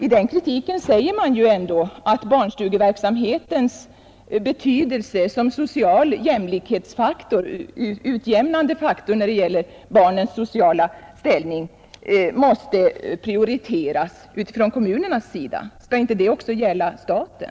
I den kritiken säger man ändå att barnstugeverksamhetens betydelse som utjämnande faktor när det gäller barnens sociala ställning måste prioriteras från kommunernas sida. Skall det inte också gälla staten?